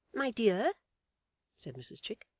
my dear said mrs chick.